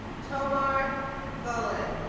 tomer golan